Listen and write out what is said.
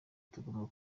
tugomba